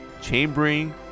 chambering